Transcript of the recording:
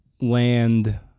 land